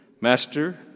Master